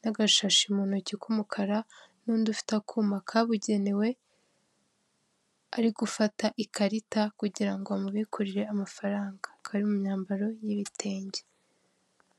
n'agashashi mu ntoki k'umukara n'undi ufite akuma kabugenewe ari gufata ikarita kugira ngo amubikurire amafaranga kari mu myambaro y'ibitenge.